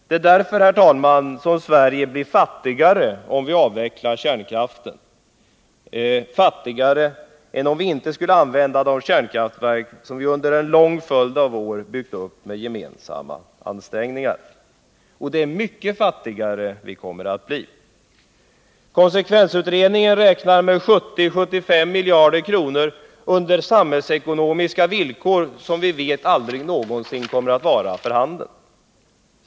Det är därför, herr talman, som Sverige blir fattigare om vi avvecklar kärnkraften — fattigare än om vi inte skulle använda de kärnkraftverk som vi under en lång följd av år byggt upp med gemensamma ansträngningar. Och det är mycket fattigare vi kommer att bli. Konsekvensutredningen räknar med 70-75 miljarder kronor under samhällsekonomiska villkor som vi vet aldrig någonsin kommer att vara för handen.